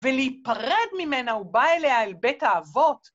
ולהיפרד ממנה הוא בא אליה אל בית אהבות?